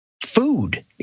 Food